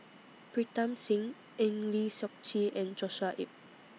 Pritam Singh Eng Lee Seok Chee and Joshua Ip